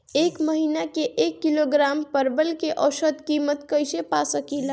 एक महिना के एक किलोग्राम परवल के औसत किमत कइसे पा सकिला?